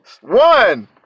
One